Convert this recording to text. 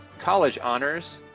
college honors,